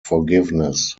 forgiveness